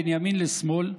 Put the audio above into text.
בין ימין לשמאל,